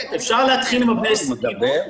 אפשר להתחיל עם בני 20,